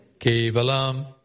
Kevalam